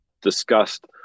discussed